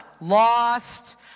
lost